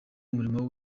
umurimo